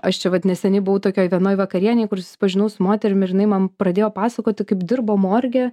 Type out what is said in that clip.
aš čia vat neseniai buvau tokioj vienoj vakarienėj kur susipažinau su moterimi ir jinai man pradėjo pasakoti kaip dirbo morge